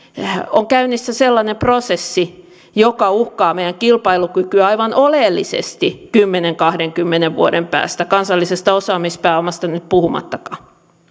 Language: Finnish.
on käynnissä sellainen prosessi joka uhkaa meidän kilpailukykyä aivan oleellisesti kymmenen viiva kahdenkymmenen vuoden päästä kansallisesta osaamispääomasta nyt puhumattakaan